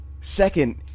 Second